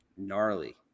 gnarly